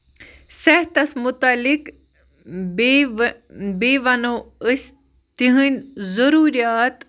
صحتَس مُتعلِق بیٚیہِ بیٚیہِ وَنو أسۍ تِہُنٛد ضروٗریات